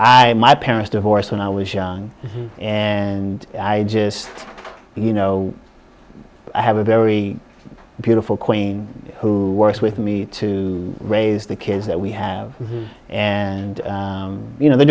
i my parents divorced when i was young and i just you know i have a very beautiful queen who works with me to raise the kids that we have and you know they're